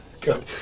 Good